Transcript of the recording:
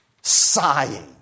sighing